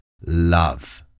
love